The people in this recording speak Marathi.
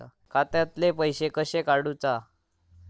खात्यातले पैसे कशे काडूचा?